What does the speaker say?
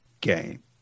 game